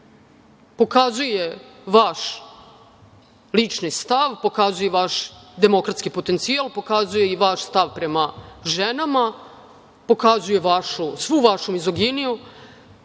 Pokazuje vaš lični stav, pokazuje i vaš demokratski potencijal. Pokazuje i vaš stav prema ženama. Pokazuje svu vašu mizoginiju.